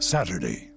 Saturday